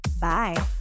Bye